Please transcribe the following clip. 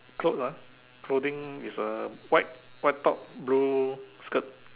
clothes ah clothing is a white white top blue skirt